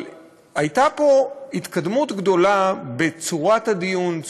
אבל הייתה פה התקדמות גדולה בצורת הדיון,